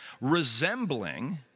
resembling